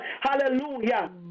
hallelujah